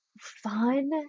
fun